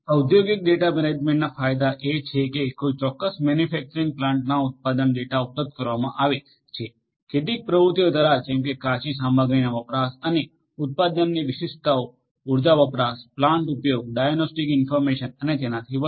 ઔદ્યોગિક data management ના ફાયદા એ છે કે કોઈ ચોક્કસ મેન્યુફેક્ચરિંગ પ્લાન્ટના ઉત્પાદન ડેટા ઉપલબ્ધ કરાવવામાં આવે છે કેટલીક પ્રવૃત્તિઓ ઘ્વારા જેમ કે કાચી સામગ્રીના વપરાશ અને ઉત્પાદનની વિશિષ્ટતાઓ ઉર્જા વપરાશ પ્લાન્ટ ઉપયોગ ડાયગ્નોસ્ટિક ઇન્ફર્મેશન અને તેનાથી વધુ